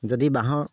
যদি বাঁহৰ